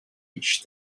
each